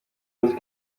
بازی